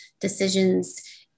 decisions